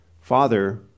Father